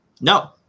no